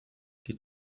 die